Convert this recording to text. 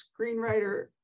screenwriter